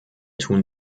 tun